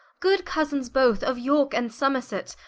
good cosins both of yorke and somerset,